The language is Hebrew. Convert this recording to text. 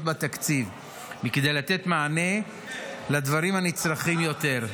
בתקציב כדי לתת מענה לדברים הנצרכים ביותר.